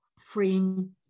freeing